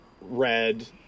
red